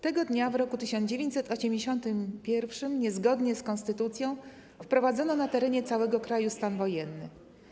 Tego dnia w roku 1981 niezgodnie z konstytucją wprowadzono na terenie całego kraju stan wojenny.